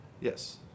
Yes